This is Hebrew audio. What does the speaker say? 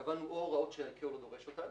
קבענו או הוראות שה-ICAO לא דורש אותם